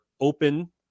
open